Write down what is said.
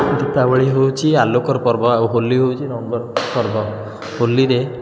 ଦୀପାବଳି ହେଉଛି ଆଲୋକର ପର୍ବ ଆଉ ହୋଲି ହେଉଛି ରଙ୍ଗର ପର୍ବ ହୋଲିରେ